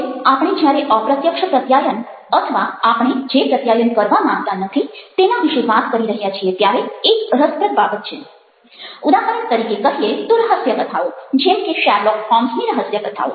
હવે આપણે જ્યારે અપ્રત્યક્ષ પ્રત્યાયન અથવા આપણે જે પ્રત્યાયન કરવા માંગતા નથી તેના વિશે વાત કરી રહ્યા છીએ ત્યારે એક રસપ્રદ બાબત છે ઉદાહરણ તરીકે કહીએ તો રહસ્યકથાઓ જેમ કે શેરલોક હોમ્સ ની રહસ્યકથાઓ